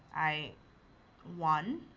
i won.